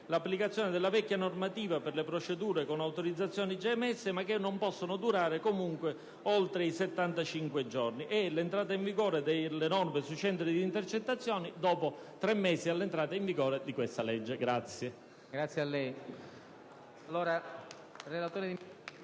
l'applicazione della vecchia normativa per le procedure con autorizzazioni già emesse, ma che non possono durare comunque oltre 75 giorni, e l'entrata in vigore delle norme sui centri di intercettazione dopo tre mesi dall'entrata in vigore della legge.